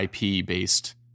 IP-based